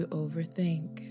overthink